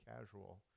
casual